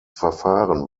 verfahren